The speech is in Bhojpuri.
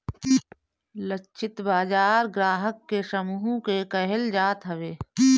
लक्षित बाजार ग्राहक के समूह के कहल जात हवे